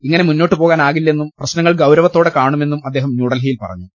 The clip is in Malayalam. ഇങ്ങനെ മുന്നോട്ടു പോവാനാകില്ലെന്നും പ്രശ്നങ്ങൾ ഗൌര വത്തോടെ കാണുമെന്നും അദ്ദേഹം ന്യൂഡൽഹിയിൽ പറഞ്ഞു